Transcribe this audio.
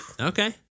Okay